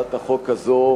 הצעת החוק הזאת,